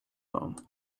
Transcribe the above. home